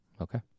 Okay